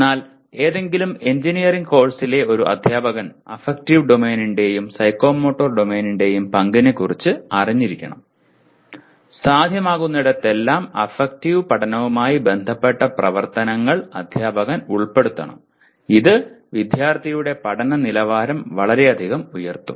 എന്നാൽ ഏതെങ്കിലും എഞ്ചിനീയറിംഗ് കോഴ്സിലെ ഒരു അദ്ധ്യാപകൻ അഫക്റ്റീവ് ഡൊമെയ്നിന്റെയും സൈക്കോമോട്ടോർ ഡൊമെയ്നിന്റെയും പങ്കിനെക്കുറിച്ച് അറിഞ്ഞിരിക്കണം സാധ്യമാകുന്നിടത്തെല്ലാം അഫക്റ്റീവ് പഠനവുമായി ബന്ധപ്പെട്ട പ്രവർത്തനങ്ങൾ അധ്യാപകൻ ഉൾപ്പെടുത്തണം ഇത് വിദ്യാർത്ഥിയുടെ പഠന നിലവാരം വളരെയധികം ഉയർത്തും